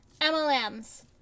MLMs